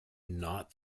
not